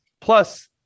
Plus